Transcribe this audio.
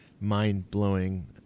mind-blowing